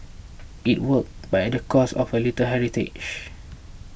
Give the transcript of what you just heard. it worked but at the cost of a little heritage